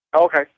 Okay